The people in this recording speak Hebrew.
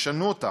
ישנו אותם: